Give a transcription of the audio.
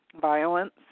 violence